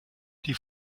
die